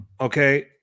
Okay